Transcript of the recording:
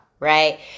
right